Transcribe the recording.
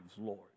Lord